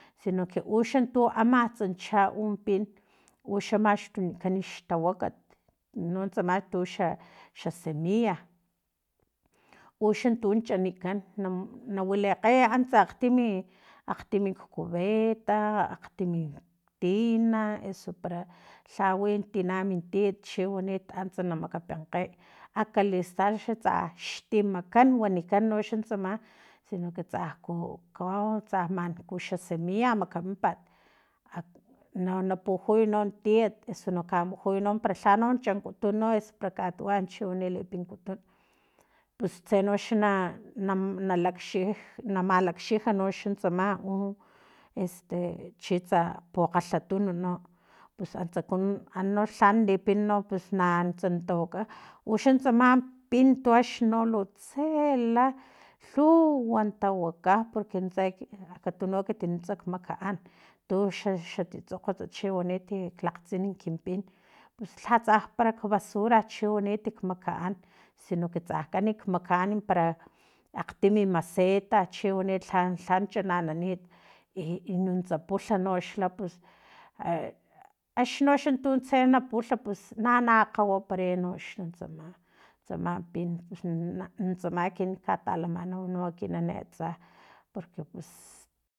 Sino que uxan tuno amatsa cha un pin uxa maxtunikan xtawakat uno tsama tu tuxa xasemilla uxan tu chanikan na nawilikgey antsa akgtin akgtimi cubeta akgtimi tina eso para lhawi tiyat tina min tiyat chiwani antsa na makapenkgey akalistal xa tsa xtimakap wanikan noxa tsama sino ke tsa aku kawau tsa manku xa semilla makamimpat ak na pujuy non tiyat eso naka mujuy no para lhano chankutun no eso para katuwan chiwani lipinkutun pus tsenoxa na na lakxij na malakxij noxan tsama u este chitsa pokgalhutuno pus antsa kuno anolha nalipin no pus na antsa na tawaka uxa tsama pin tuaxno tse la lhuwan tawaka porque nintseakatunu ekit nuntsak makaan tuxa xa tsutsokgots chiwaniti klakgtsini kin pin pus lhatsa parak basura chi wanit kmakaan sino que tsa kan makaan parak akgtimi maseta chiwanit lhan lhan chananit i i nuntsa pulhu noxla pus e axni noxa tuntse na pulhu na na akgawaparay noxla tsaman tsaman pin nintsama no talamanau ekinan atsa porque pus